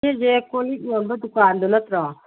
ꯁꯤꯁꯦ ꯀꯣꯜꯂꯤꯛ ꯌꯣꯟꯕ ꯗꯨꯀꯥꯟꯗꯣ ꯅꯠꯇ꯭ꯔꯣ